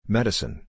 Medicine